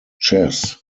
chess